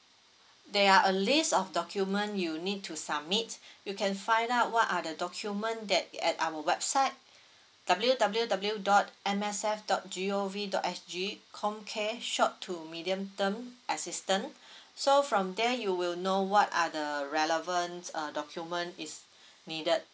there are a list of document you need to submit you can find out what are the document that at our website W W W dot M S F dot G_O_V dot S_G comcare short to medium term assistance so from there you will know what are the relevant uh document is needed